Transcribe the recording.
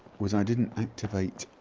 was i didn't activate